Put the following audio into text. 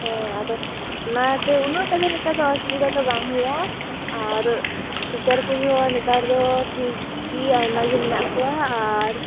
ᱦᱮᱸ ᱟᱫᱚ ᱚᱱᱟᱛᱮ ᱩᱱᱟᱹᱜᱴᱟᱜ ᱫᱚ ᱱᱤᱛᱳᱜ ᱫᱚ ᱚᱥᱩᱵᱤᱫᱷᱟ ᱵᱟᱝ ᱦᱩᱭᱩᱜᱼᱟ ᱟᱨᱚ ᱴᱤᱪᱟᱨ ᱠᱚᱦᱚ ᱱᱮᱛᱟᱨ ᱫᱚ ᱴᱷᱤᱠ ᱟᱭᱢᱟᱜᱮ ᱢᱮᱱᱟᱜ ᱠᱚᱣᱟ ᱟᱨ